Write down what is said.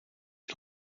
que